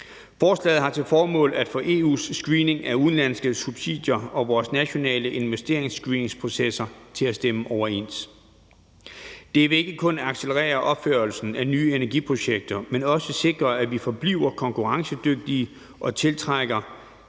Forslaget har til formål at få EU's screening af udenlandske subsidier og vores nationale investeringsscreeningsprocesser til at stemme overens. Det vil ikke kun accelerere opførelsen af nye energiprojekter, men også sikre, at vi forbliver konkurrencedygtige og tiltrækker